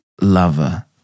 lover